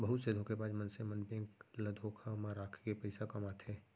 बहुत से धोखेबाज मनसे मन बेंक ल धोखा म राखके पइसा कमाथे